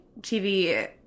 TV